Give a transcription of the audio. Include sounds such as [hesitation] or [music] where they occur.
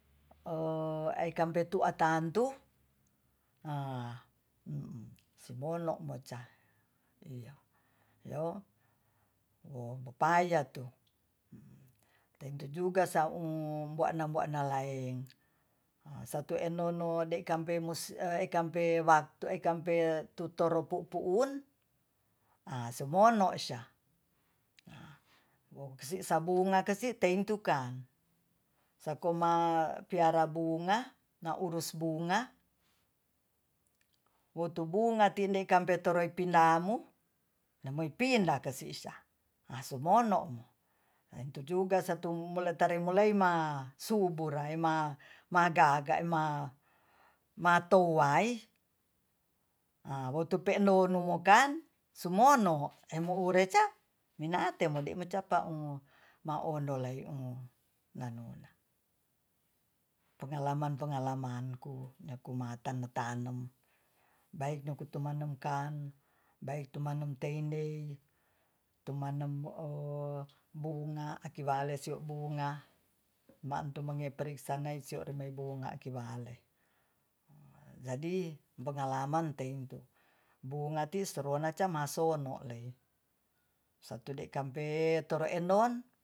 [hesitation] eykampetu'a tantu a simono moca iyo yo mopaya tu tentujuga sa'u mboana-mboana laeng satu e'nono de'kampe musi'e ekampe waktu ekampe tutoru pu'puun ha sumono sya wokisabunga kesie teingtukan sakoma piara bunga na'urus bunga wotu bunga tinde kampetorie pindamu namopindaikasi nah sumo'no intu juga satu'meletari moleima subur raima magaga ema matoai ha wotu pendonu mo'kan sumono [noise] emoureca minaate [noise] modeimacapa u maondol lai'u [noise] pengalaman-pengalaman [noise] ku nakuma tanem-tanem [noise] baiknokutamanengkam [noise] baiknotumaingtendei [noise] tumanenm [hesitation] bunga akiwalesie bunga [noise] ma'antum mangeperisa sio bunga akiwale [noise] jadi pengalaman teinde bungati surunoca maso'no lei satude kampe tora enon